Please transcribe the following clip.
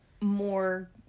more